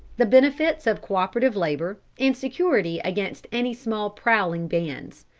the benefits of co-operative labor, and security against any small prowling bands.